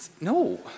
No